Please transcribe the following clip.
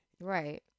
Right